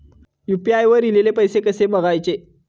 UPI वर ईलेले पैसे कसे बघायचे?